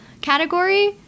category